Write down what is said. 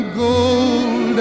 gold